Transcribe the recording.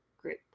group